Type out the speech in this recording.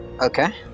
Okay